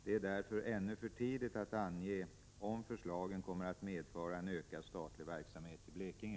Det är därför ännu för tidigt att ange om förslagen kommer att medföra en ökad statlig verksamhet i Blekinge.